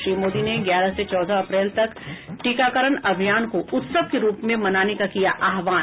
श्री मोदी ने ग्यारह से चौदह अप्रैल तक टीकाकरण अभियान को उत्सव के रूप में मनाने का किया आहवान